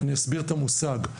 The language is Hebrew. אני אסביר את המושג.